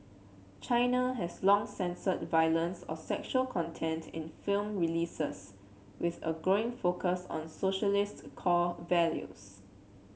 China has long censored violence or sexual content in film releases with a growing focus on socialist core values